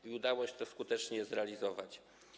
I udało się to skutecznie zrealizować.